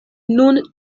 nun